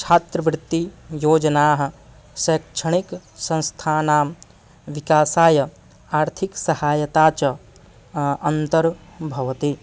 छात्रवृत्तियोजनाः शैक्षणिक संस्थानां विकासाय आर्थिक सहायता च अन्तर्भवति